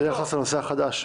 ביחס לנושא החדש?